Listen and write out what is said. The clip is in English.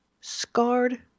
scarred